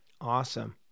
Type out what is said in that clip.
awesome